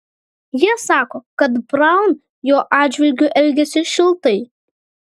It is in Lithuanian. jie sako kad braun jo atžvilgiu elgėsi šiltai